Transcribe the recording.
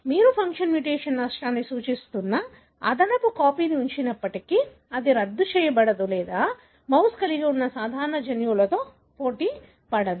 మీరు function mutation నష్టాన్ని సూచిస్తున్న అదనపు కాపీని ఉంచినప్పటికీ అది రద్దు చేయబడదు లేదా మౌస్ కలిగి ఉన్న సాధారణ జన్యువుతో పోటీపడదు